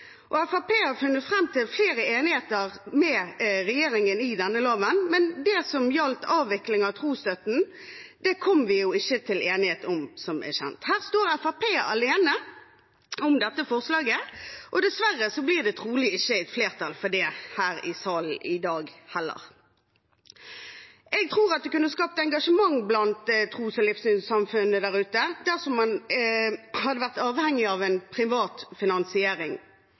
har funnet fram til enighet med regjeringen flere steder i denne loven, men det som gjaldt avvikling av trosstøtten, kom vi ikke til enighet om, som kjent. Fremskrittspartiet står alene om dette forslaget, og dessverre blir det trolig ikke flertall for det her i salen i dag heller. Jeg tror at det kunne skapt engasjement blant tros- og livssynssamfunnene der ute dersom man hadde vært avhengig av privat finansiering.